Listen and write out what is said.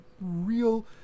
real